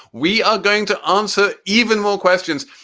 we are going to answer even more questions.